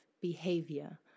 behavior